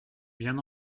bien